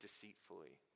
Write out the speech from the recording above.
deceitfully